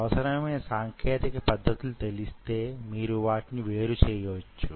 అవసరమైన సాంకేతిక పద్ధతులు తెలిస్తే మీరు వాటిని వేరుచెయ్యవొచ్చు